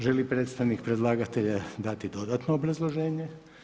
Želi li predstavnik predlagatelja dati dodatno obrazloženje?